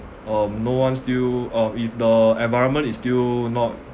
um no one still uh if the environment is still not